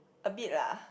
a bit lah